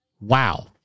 Wow